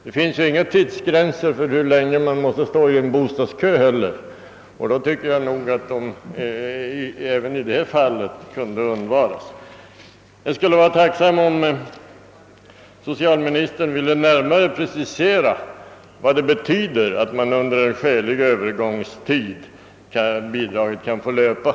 Det finns ju inga tidsgränser för hur länge man får stå i bostadskö, och då 'bör de även i detta fall kunna undvaras. Jag skulle vara tacksam om socialministern ville närmare precisera vad det betyder att bidraget kan få löpa under skälig övergångstid.